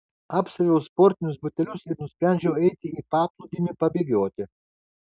apsiaviau sportinius batelius ir nusprendžiau eiti į paplūdimį pabėgioti